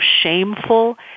shameful